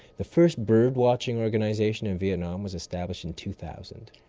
the first bird watching organisation in vietnam was established in two thousand.